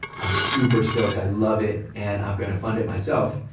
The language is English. i'm super-stoked, i love it. and i'm gonna fund it myself.